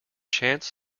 chance